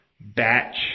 batch